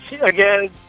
again